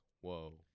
whoa